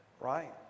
right